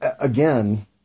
again